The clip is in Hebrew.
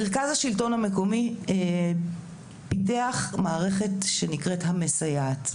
מרכז השלטון המקומי פיתח מערכת שנקראת "המסייעת".